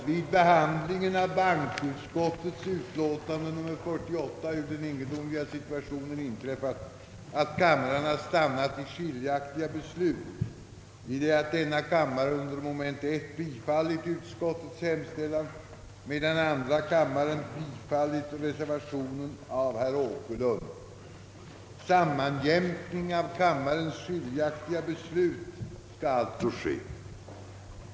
Vid behandlingen av bankoutskottets utlåtande nr 48 har kamrarna stannat i skiljaktiga beslut, i det att denna kammare under punkten 1 bifallit utskottets hemställan, medan andra kammaren bifallit reservationen av herr Åkerlund. Sammanjämkning av kamrarnas skiljaktiga beslut skall alltså ske.